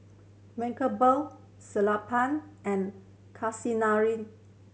Mankombu Sellapan and